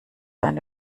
eine